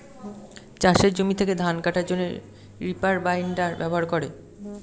চাষের জমি থেকে ধান কাটার জন্যে রিপার বাইন্ডার ব্যবহার করে